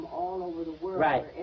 Right